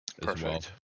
Perfect